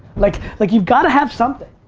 like like, you've got to have something!